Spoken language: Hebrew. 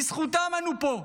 בזכותם אנו פה.